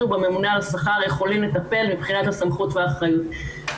בממונה על השכר יכולים לטפל מבחינת הסמכות והאחריות.